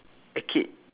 a kid